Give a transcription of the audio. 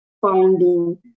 finding